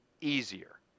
easier